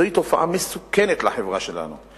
זוהי תופעה מסוכנת לחברה שלנו.